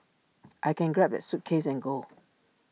I can grab that suitcase and go